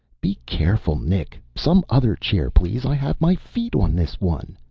be careful, nick. some other chair, please. i have my feet on this one.